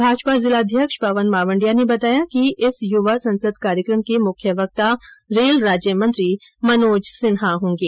भाजपा जिलाध्यक्ष पवन मावंडिया ने बताया कि इस युवा संसद कार्यक्रम के मुख्य वक्ता रेल राज्य मंत्री मनोज सिन्हा होंगे